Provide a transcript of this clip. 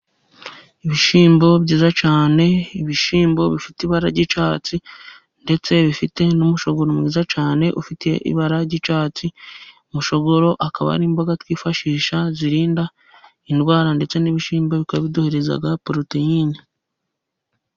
Ibishyimbo byiza cyane, ibishyimbo bifite ibara ry’icyatsi, ndetse bifite n’umushogoro mwiza cyane ufite ibara ry’icyatsi. Umushogoro akaba ari imboga twifashisha, zirinda indwara. Ndetse n'ibishyimbo bikaba biduhereza poroteyine.